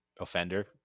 offender